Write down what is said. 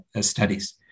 studies